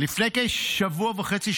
לפני כשבוע וחצי,